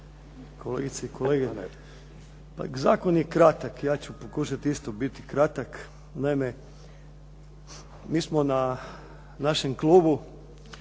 Kolegice i kolege. Zakon je kratak. Ja ću pokušati isto biti kratak. Naime, mi smo na našem klubu